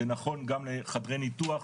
זה נכון גם לחדרי ניתוח,